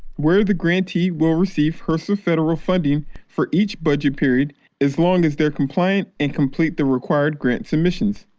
where the grantee will receive hrsa federal funding for each budget period as long as they're compliant and complete the required grant submissions.